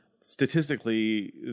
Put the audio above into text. statistically